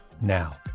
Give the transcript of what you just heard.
now